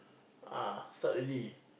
uh start already